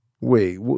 Wait